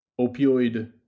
Opioid